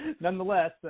nonetheless